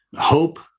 hope